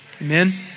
Amen